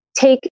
Take